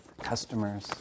customers